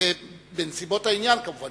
בנסיבות העניין, כמובן,